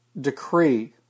decree